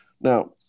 Now